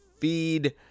feed